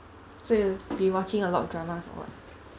so you been watching a lot of dramas or what